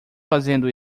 fazendo